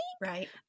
Right